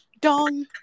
dong